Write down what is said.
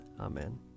Amen